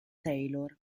taylor